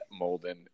Molden